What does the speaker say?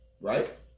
Right